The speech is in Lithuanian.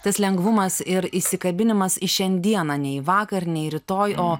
tas lengvumas ir įsikabinimas į šiandieną nei vakar nei rytoj o